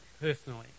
personally